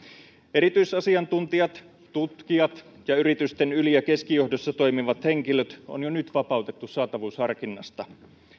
erityisasiantuntijat tutkijat ja yritysten yli ja keskijohdossa toimivat henkilöt on jo nyt vapautettu saatavuusharkinnasta